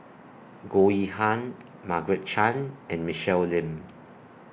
Goh Yihan Margaret Chan and Michelle Lim